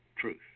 truth